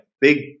big